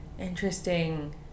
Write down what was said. interesting